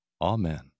Amen